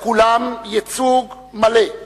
לכולם ייצוג מלא והגון,